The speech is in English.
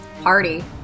Party